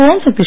Omsakthi